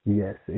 yes